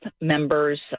members